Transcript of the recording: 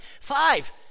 five